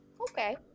Okay